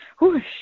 Whoosh